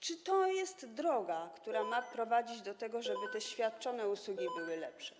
Czy to jest droga, która ma prowadzić do tego, żeby świadczone usługi były lepsze?